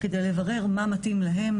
כדי לברר מה מתאים להם,